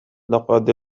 لقد